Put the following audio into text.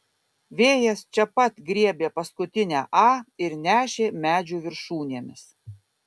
vėjas čia pat griebė paskutinę a ir nešė medžių viršūnėmis